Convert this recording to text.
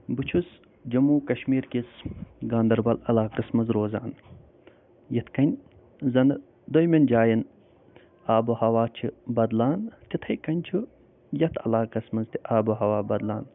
بہٕ چھُس جموں کشمیٖرکِس گانٛدربل علاقس منٛز روزان یِتھ کٔنۍ زنہٕ دوٚیِمٮ۪ن جاین آبہٕ ہَوا چھِ بدلان تِتھَے کٔنۍ چھُ یَتھ علاقس منٛز تہِ آبہٕ ہوا بدلان